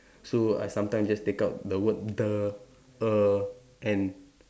so I sometimes just take out the word the a and